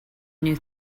new